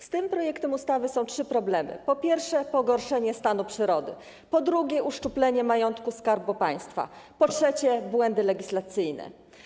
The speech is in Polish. Z tym projektem ustawy są trzy problemy: po pierwsze, pogorszenie stanu przyrody; po drugie, uszczuplenie majątku Skarbu Państwa; po trzecie, błędy legislacyjne.